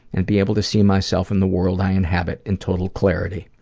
and be able to see myself in the world i inhabit in total clarity.